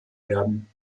werden